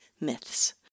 myths